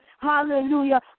hallelujah